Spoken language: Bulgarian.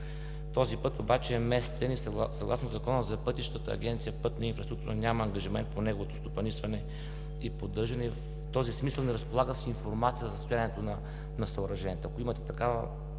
Този път обаче е местен и съгласно Закона за пътищата Агенция „Пътна инфраструктура“ няма ангажимент по неговото стопанисване и поддържане и в този смисъл не разполага с информация за състоянието на съоръжението. Ако имате такава,